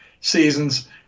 seasons